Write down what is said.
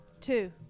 Two